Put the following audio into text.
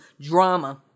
drama